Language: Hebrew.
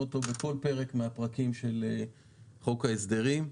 אותו בכל פרק מהפרקים של חוק ההסדרים.